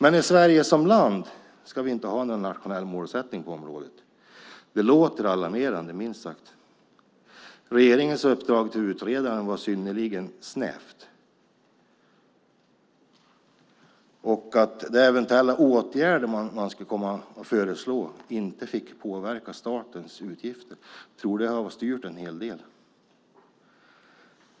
Men i Sverige som land ska vi inte ha någon nationell målsättning på området. Det låter minst sagt alarmerande. Regeringens uppdrag till utredaren var synnerligen snävt. De eventuella åtgärder man skulle komma att föreslå fick inte påverka statens utgifter. Jag tror att det har styrt en hel del.